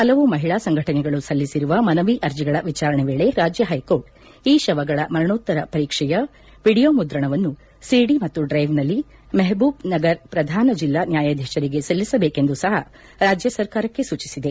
ಪಲವು ಮಹಿಳಾ ಸಂಘಟನೆಗಳು ಸಲ್ಲಿಸಿರುವ ಮನವಿ ಅರ್ಜಿಗಳ ವಿಚಾರಣೆ ವೇಳೆ ರಾಜ್ಯ ಹೈಕೋರ್ಟ್ ಈ ಶವಗಳ ಮರಣೋತ್ತರ ಪರೀಕ್ಷೆಯ ವಿಡಿಯೋ ಮುದ್ರಣವನ್ನು ಸಿಡಿ ಮತ್ತು ಪೆನ್ಡ್ರೈವ್ನಲ್ಲಿ ಮೆಹಬೂಬ್ ನಗರ್ ಪ್ರಧಾನ ಜಿಲ್ಲಾ ನ್ಯಾಯಾಧೀಶರಿಗೆ ಸಲ್ಲಿಸಬೇಕೆಂದೂ ಸಹ ರಾಜ್ಯ ಸರ್ಕಾರಕ್ಕೆ ಸೂಚಿಸಿದೆ